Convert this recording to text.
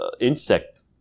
insect